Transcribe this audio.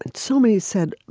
and so many said,